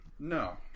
No